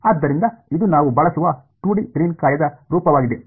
ಆದ್ದರಿಂದ ಇದು ನಾವು ಬಳಸುವ 2 ಡಿ ಗ್ರೀನ್ ಕಾರ್ಯದ ರೂಪವಾಗಿದೆ